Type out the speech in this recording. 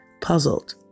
puzzled